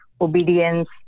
obedience